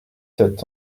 sept